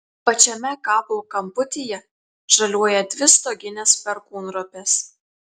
pačiame kapo kamputyje žaliuoja dvi stoginės perkūnropės